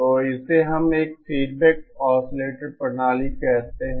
तो इसे हम एक फीडबैक ऑसिलेटर प्रणाली कहते हैं